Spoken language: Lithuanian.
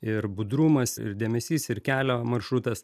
ir budrumas ir dėmesys ir kelio maršrutas